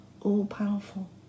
all-powerful